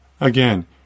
Again